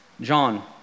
John